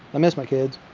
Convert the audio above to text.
i miss my kids.